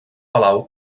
palau